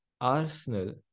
Arsenal